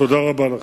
תודה רבה לכם.